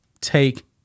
take